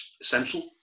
essential